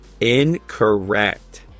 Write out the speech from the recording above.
Incorrect